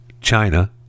China